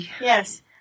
Yes